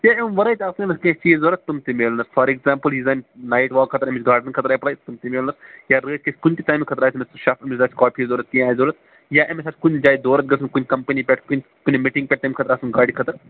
ہےَ اَمہِ وَرٲے تہِ آسَن أمِس کیٚنٛہہ چیٖز ضرَوٗرت تِم تہِ میلَنَس فار ایٚکزامپٕل یہِ زَن نایِٹ واک خٲطرٕ أمِس گاڑنَن خٲطرٕ ایٚپلے تِم تہِ میلنَس یا راتھ کِیُت کُنہِ تہِ ٹایمہٕ خٲطرٕ آسہِ أمِس شیف ہُنٛد تہِ ضرَوٗرت کافی ضرَوٗرت کیٚنٛہہ آسہِ ضرَوٗرت یا أمِس آسہِ کُنہِ جایہِ دورَس گَژھُن کُنہِ کَمپٕنی پیٚٹھ کُنہِ کُنہِ مِٹِنٛگہٕ پیٚٹھ تَمہِ خٲطرٕ آسَن گاڑِ خٲطرٕ